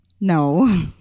no